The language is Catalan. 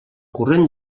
corrent